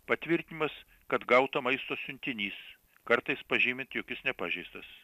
patvirtinimas kad gauto maisto siuntinys kartais pažymint jog jis nepažeistas